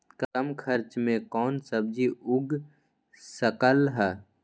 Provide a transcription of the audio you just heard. कम खर्च मे कौन सब्जी उग सकल ह?